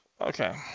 okay